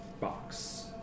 box